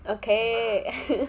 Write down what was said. okay